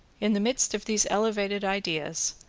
in the midst of these elevated ideas,